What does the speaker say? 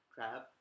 Crab